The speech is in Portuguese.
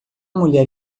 mulher